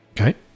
Okay